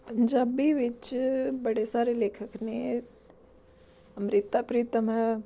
ਪੰਜਾਬੀ ਵਿੱਚ ਬੜੇ ਸਾਰੇ ਲੇਖਕ ਨੇ ਅੰਮ੍ਰਿਤਾ ਪ੍ਰੀਤਮ ਹੈ